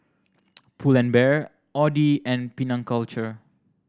Pull and Bear Audi and Penang Culture